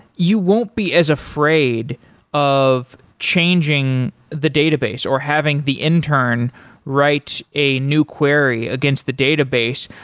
you won't be as afraid of changing the database or having the intern write a new query against the database,